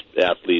athletes